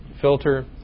filter